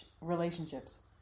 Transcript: relationships